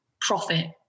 profit